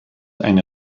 eine